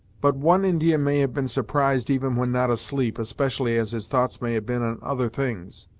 but one indian may have been surprised even when not asleep, especially as his thoughts may have been on other things.